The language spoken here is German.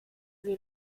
sie